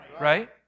Right